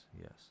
Yes